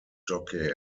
jockey